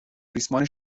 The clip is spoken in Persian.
ریسمان